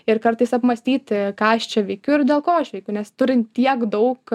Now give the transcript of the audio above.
ir kartais apmąstyti ką aš čia veikiu ir dėl ko aš veikiu nes turint tiek daug